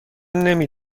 نمی